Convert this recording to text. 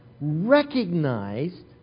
recognized